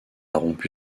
rompu